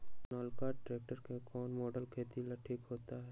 Sonalika tractor के कौन model खेती ला ठीक होतै?